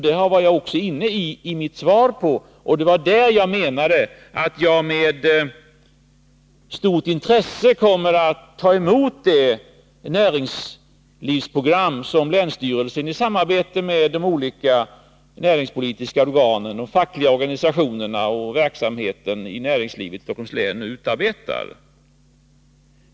Det var jag också inne på i mitt svar, och det var med tanke på det som jag anförde, att jag med stort intresse kommer att ta emot det näringslivsprogram som länsstyrelsen i samarbete med olika näringspolitiska organisationer, fackliga organisationer och näringslivet i Stockholms län utarbetar.